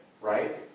right